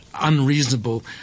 unreasonable